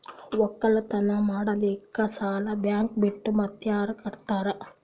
ಒಕ್ಕಲತನ ಮಾಡಲಿಕ್ಕಿ ಸಾಲಾ ಬ್ಯಾಂಕ ಬಿಟ್ಟ ಮಾತ್ಯಾರ ಕೊಡತಾರ?